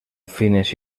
fines